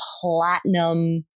platinum